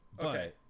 Okay